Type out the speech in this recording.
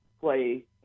play